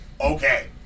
Okay